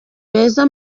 beza